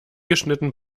geschnitten